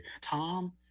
Tom